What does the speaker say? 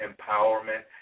empowerment